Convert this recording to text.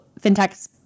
FinTechs